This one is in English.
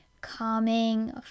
calming